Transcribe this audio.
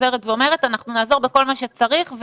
אנחנו נעזור בכל מה שצריך.